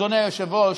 אדוני היושב-ראש,